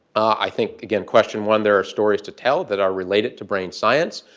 i think, again, question one, there are stories to tell that are related to brain science.